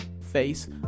face